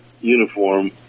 uniform